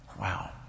Wow